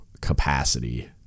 capacity